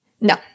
No